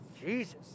Jesus